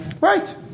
right